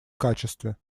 качестве